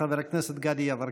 חבר הכנסת גדי יברקן.